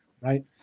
right